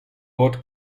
ort